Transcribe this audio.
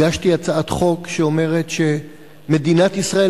הגשתי הצעת חוק שאומרת שמדינת ישראל